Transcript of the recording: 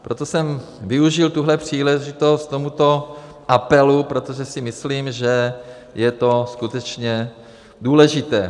Proto jsem využil tuto příležitost k tomuto apelu, protože si myslím, že je to skutečně důležité.